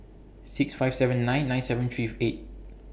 six five seven nine nine seven three eight